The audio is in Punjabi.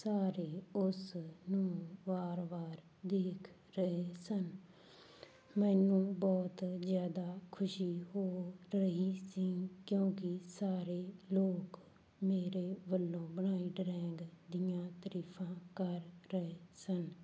ਸਾਰੇ ਉਸ ਨੂੰ ਵਾਰ ਵਾਰ ਦੇਖ ਰਹੇ ਸਨ ਮੈਨੂੰ ਬਹੁਤ ਜ਼ਿਆਦਾ ਖੁਸ਼ੀ ਹੋ ਰਹੀ ਸੀ ਕਿਉਂਕਿ ਸਾਰੇ ਲੋਕ ਮੇਰੇ ਵੱਲੋਂ ਬਣਾਈ ਡਰਾਇੰਗ ਦੀਆਂ ਤਰੀਫਾਂ ਕਰ ਰਹੇ ਸਨ